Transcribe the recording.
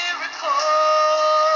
miracle